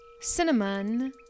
Cinnamon